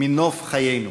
מנוף חיינו.